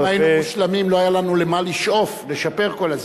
אם היינו מושלמים לא היה לנו למה לשאוף לשפר כל הזמן.